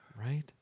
right